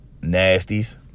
nasties